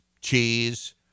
cheese